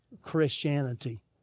Christianity